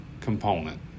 component